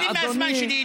ואתם גוזלים מהזמן שלי.